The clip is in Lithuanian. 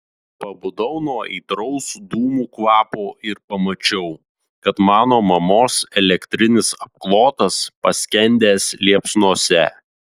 pabudau nuo aitraus dūmų kvapo ir pamačiau kad mano mamos elektrinis apklotas paskendęs liepsnose